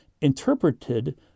interpreted